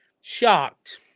shocked